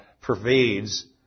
pervades